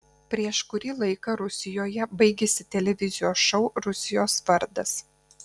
prieš kurį laiką rusijoje baigėsi televizijos šou rusijos vardas